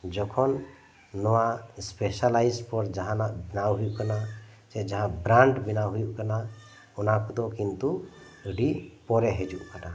ᱡᱚᱠᱷᱚᱱ ᱱᱚᱣᱟ ᱥᱯᱮᱥᱟᱞᱟᱭᱤᱡᱽ ᱯᱚᱨ ᱡᱟᱦᱟᱸᱱᱟᱜ ᱵᱮᱱᱟᱣ ᱦᱩᱭᱩᱜ ᱠᱟᱱᱟ ᱥᱮ ᱡᱟᱦᱟᱸ ᱜᱨᱟᱱᱰ ᱵᱮᱱᱟᱣ ᱦᱩᱭᱩᱜ ᱠᱟᱱᱟ ᱚᱱᱟ ᱠᱚᱫᱚ ᱠᱤᱱᱛᱩ ᱟᱹᱰᱤ ᱯᱚᱨᱮ ᱦᱤᱡᱩᱜ ᱠᱟᱱᱟ